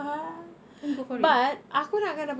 then go for it